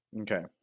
Okay